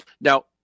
Now